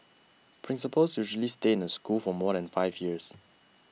principals usually stay in a school for more than five years